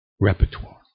repertoire